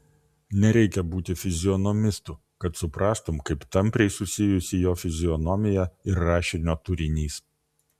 nereikia būti fizionomistu kad suprastum kaip tampriai susijusi jo fizionomija ir rašinio turinys